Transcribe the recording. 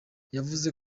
yavuze